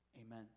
Amen